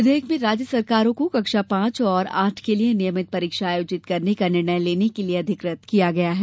विधेयक में राज्य सरकारों को कक्षा पांच और आठ के लिए नियमित परीक्षा आयोजित करने का निर्णय लेने के लिए अधिकृत किया गया है